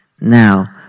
now